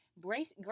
Grace